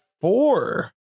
four